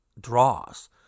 draws